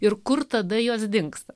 ir kur tada jos dingsta